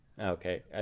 Okay